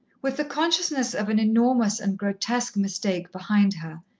with the consciousness of an enormous and grotesque mistake behind her,